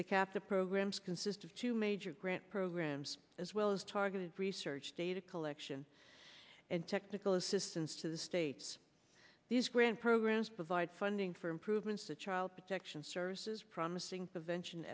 they kept the programs consist of two major grant programs as well as targeted research data collection and technical assistance to the states these grant programs provide funding for improvements to child protection services promising prevention